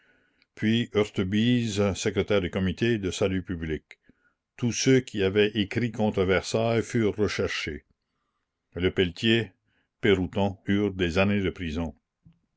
puis heurtebise secrétaire du comité de salut public tous ceux qui avaient écrit contre versailles furent recherchés lepelletier peyrouton eurent des années de prison